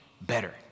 better